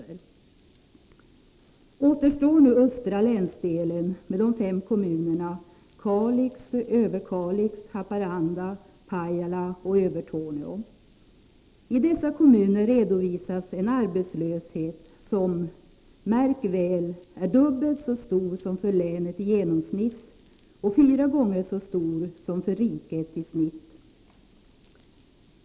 Nu återstår östra länsdelen med de fem kommunerna Kalix, Överkalix, Haparanda, Pajala och Övertorneå. I dessa kommuner redovisas en arbetslöshet som — märk väl — är dubbelt så stor som för länet i genomsnitt och fyra gånger så stor som för riket i genomsnitt.